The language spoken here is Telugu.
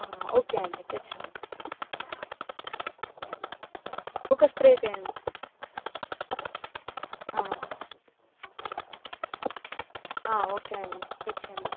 ఓకే అండి తెచ్చేయండి ఒక స్ప్రే తేయండి ఓకే అండి తెచ్చేయండి